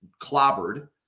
clobbered